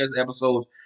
episodes